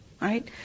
right